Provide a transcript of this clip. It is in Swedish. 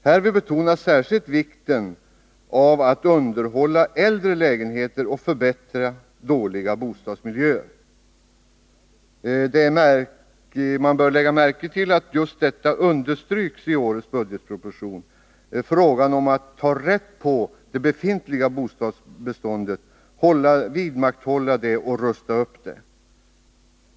Man bör lägga märke till att härvid särskilt betonas vikten av att underhålla äldre lägenheter och förbättra dåliga bostadsmiljöer.